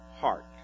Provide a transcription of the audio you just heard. heart